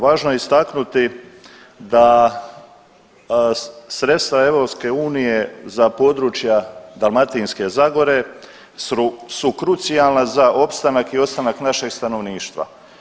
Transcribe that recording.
Važno je istaknuti da sredstva EU za područja Dalmatinske zagore su krucijalna za opstanak i ostanak našeg stanovništva.